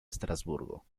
estrasburgo